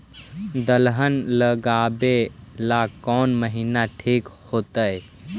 दलहन लगाबेला कौन महिना ठिक होतइ?